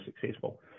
successful